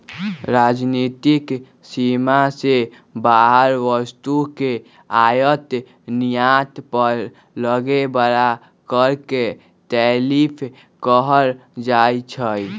राजनीतिक सीमा से बाहर वस्तु के आयात निर्यात पर लगे बला कर के टैरिफ कहल जाइ छइ